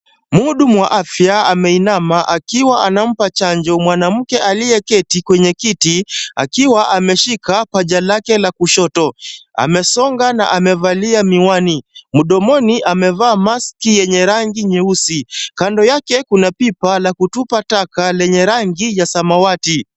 Mhudumu wa afya ameinama akiwa anampa chanjo mwanamke aliyeketi kwenye kiti, akiwa ameshika paja lake la kushoto. Amesonga na amevalia miwani, mdomoni amevaa maski yenye rangi nyeusi, kando yake kuna pipa la kutupa taka lenye rangi ya samawati.